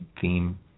theme